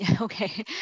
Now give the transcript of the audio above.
okay